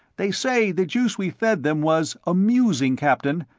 they say the juice we fed them was amusing, captain.